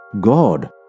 God